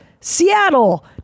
Seattle